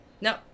No